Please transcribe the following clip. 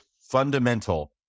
fundamental